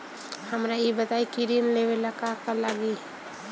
हमरा ई बताई की ऋण लेवे ला का का लागी?